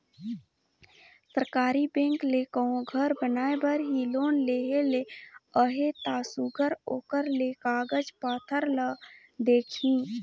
सरकारी बेंक ले कहों घर बनाए बर ही लोन लेहे ले अहे ता सुग्घर ओकर ले कागज पाथर ल देखही